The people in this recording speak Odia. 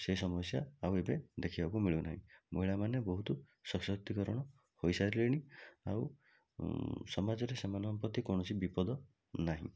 ସେ ସମସ୍ୟା ଆଉ ଏବେ ଦେଖିବାକୁ ମିଳୁନାହିଁ ମହିଳାମାନେ ବହୁତ ସଶକ୍ତିକରଣ ହୋଇସାରିଲେଣି ଆଉ ସମାଜରେ ସେମାନଙ୍କ ପ୍ରତି କୌଣସି ବିପଦ ନାହିଁ